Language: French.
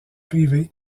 privées